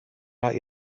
not